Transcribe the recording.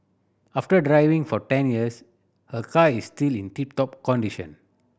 after driving for ten years her car is still in tip top condition